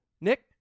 Nick